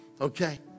Okay